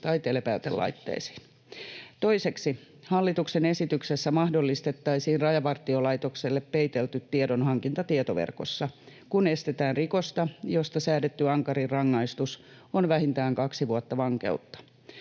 tai telepäätelaitteisiin. Toiseksi hallituksen esityksessä mahdollistettaisiin Rajavartiolaitokselle peitelty tiedonhankinta tietoverkossa, kun estetään rikosta, josta säädetty ankarin rangaistus on vähintään kaksi vuotta vankeutta.